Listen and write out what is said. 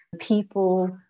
people